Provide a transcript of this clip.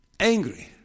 angry